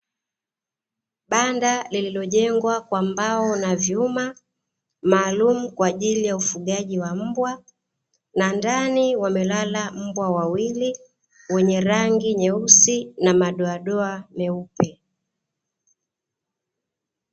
Banda lililojengwa kwa mbao na vyuma maalumu, kwa ajili ya ufugaji wa mbwa, na ndani wamelala mbwa wawili, wenye rangi nyeusi na madoadoa meupe.